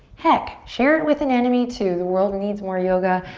heck, share it with an enemy too! the world needs more yoga.